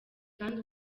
kandi